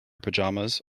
pajamas